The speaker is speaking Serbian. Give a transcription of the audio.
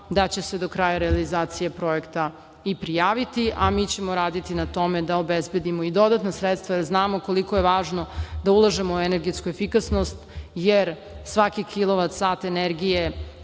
da će se do kraja realizacije projekta i prijaviti, a mi ćemo raditi na tome da obezbedimo i dodatna sredstva, jer znamo koliko je važno da ulažemo u energetsku efikasnost, jer svaki kilovat sat energije